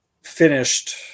finished